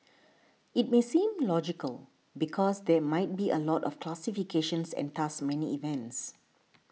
it may seem logical because there might be a lot of classifications and thus many events